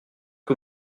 que